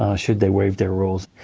um should they waive their rules.